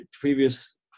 previous